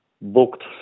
booked